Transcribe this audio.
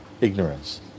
ignorance